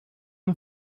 een